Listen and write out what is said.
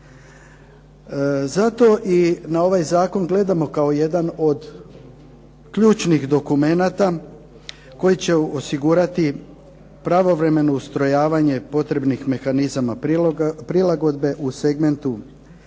Zato na ovaj Zakon gledamo kao na jedan od ključnih dokumenata koji će osigurati pravovremeno ustrojavanje određenih mehanizama prilagodbe u segmentu